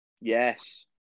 Yes